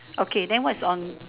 okay then what's on